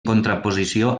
contraposició